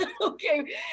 Okay